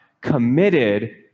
committed